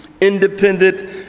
independent